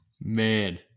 Man